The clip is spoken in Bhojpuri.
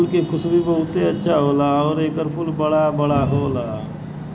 फूल के खुशबू बहुते अच्छा होला आउर एकर फूल बड़ा बड़ा होला